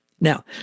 Now